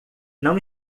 não